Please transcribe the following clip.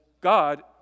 God